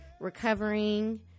recovering